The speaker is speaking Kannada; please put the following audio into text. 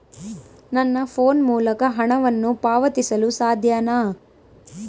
ನನ್ನ ಫೋನ್ ಮೂಲಕ ಹಣವನ್ನು ಪಾವತಿಸಲು ಸಾಧ್ಯನಾ?